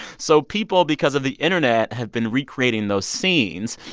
so people, because of the internet, have been recreating those scenes.